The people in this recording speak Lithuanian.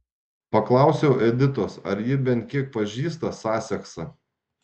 paklausiau editos ar ji bent kiek pažįsta saseksą